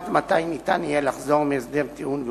קובעת מתי יהיה אפשר לחזור מהסדר טיעון ועוד.